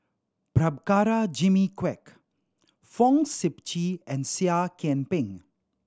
Prabhakara Jimmy Quek Fong Sip Chee and Seah Kian Peng